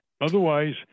Otherwise